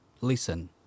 listen